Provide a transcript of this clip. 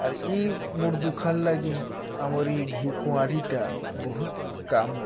ଆର୍ ଇ ମୂଡ଼୍ ଦୁଖାର୍ ଲାଗି ଆମର୍ ଇ ଘିକୁଆଁରିଟା ବହୁତ୍ କାମ୍